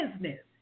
business